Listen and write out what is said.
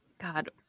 god